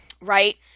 right